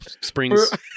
Springs